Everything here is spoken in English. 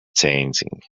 changing